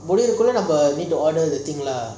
முடிகிறதுக்குள்ள:mudikirathukulla need to order the thing lah